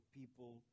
people